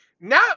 now